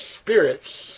spirits